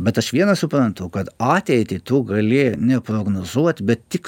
bet aš vieną suprantu kad ateitį tu gali neprognozuoti bet tik